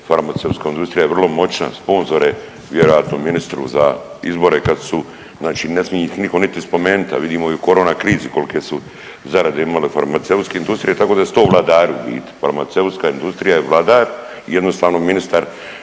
Farmaceutska industrija je vrlo moćna, sponzore vjerojatno ministru za izbore kad su, znači ne smije ih nitko niti spomenuti, a vidimo i u corona krizi kolike su zarade imale farmaceutske industrije tako da su to vladari u biti. Farmaceutska industrija je vladar i jednostavno ministar